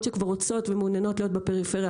שכבר רוצות ומעוניינות להיות בפריפריה